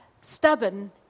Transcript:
stubborn